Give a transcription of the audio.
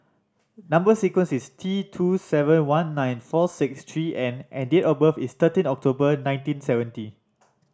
number sequence is T two seven one nine four six three N and date of birth is thirteen October nineteen seventy